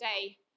today